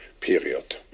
period